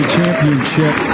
Championship